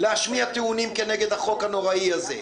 להשמיע טיעונים כנגד החוק הנוראי הזה.